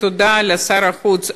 תודה לשר החוץ אז,